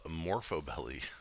Morphobelly